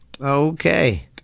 Okay